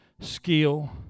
skill